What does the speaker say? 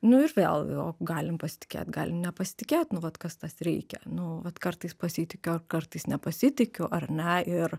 nu ir vėl o galim pasitikėt galim nepasitikėt nu vat kas tas reikia nu vat kartais pasitikiu ar kartais nepasitikiu ar ne ir